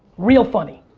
real funny.